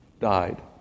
died